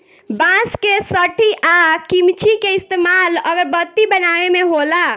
बांस के सठी आ किमची के इस्तमाल अगरबत्ती बनावे मे होला